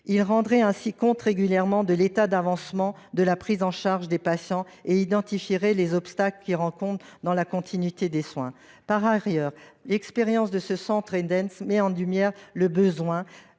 rendre compte régulièrement de l’état d’avancement de la prise en charge des patients et identifier les obstacles que ceux ci rencontrent dans la continuité des soins. Par ailleurs, l’expérience de ce centre Edens met en lumière le besoin